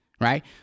Right